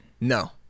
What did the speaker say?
No